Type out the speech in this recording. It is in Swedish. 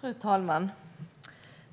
Fru talman!